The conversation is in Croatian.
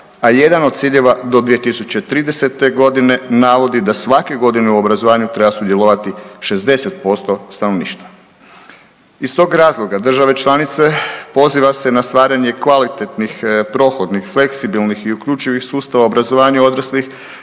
a jedan od ciljeva, do 2030. g. navodi da svake godine u obrazovanju treba sudjelovati 60% stanovništva. Iz tog razloga države članice poziva se na stvaranje kvalitetnih, prohodnih, fleksibilnih i uključivih sustava obrazovanja odraslih